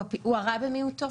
הוא הרע במיעוטו.